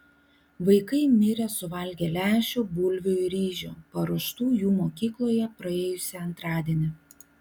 vaikai mirė suvalgę lęšių bulvių ir ryžių paruoštų jų mokykloje praėjusį antradienį